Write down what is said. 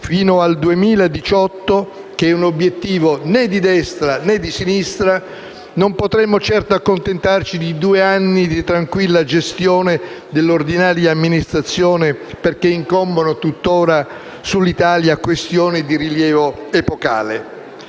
fino al 2018 - che è un obiettivo né di destra né di sinistra - non potremo certo accontentarci di due anni di tranquilla gestione dell'ordinaria amministrazione perché incombono tuttora sull'Italia questioni di rilievo epocale.